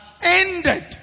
ended